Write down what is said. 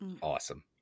Awesome